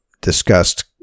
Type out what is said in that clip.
discussed